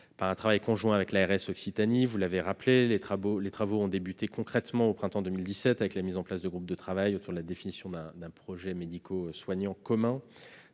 Par un travail conjoint avec l'ARS Occitanie, les travaux ont débuté concrètement au printemps 2017, avec la mise en place de groupes de travail autour de la définition d'un projet médico-soignant commun,